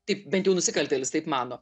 taip bent jau nusikaltėlis taip mano